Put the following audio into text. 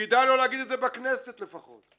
כדאי לא להגיד את זה בכנסת, לפחות.